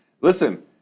listen –